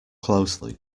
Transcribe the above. closely